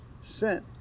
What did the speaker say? sent